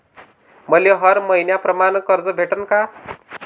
मले हर मईन्याप्रमाणं कर्ज भेटन का?